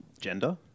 gender